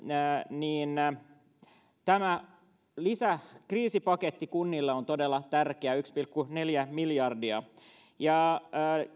tämä lisäkriisipaketti on todella tärkeä yksi pilkku neljä miljardia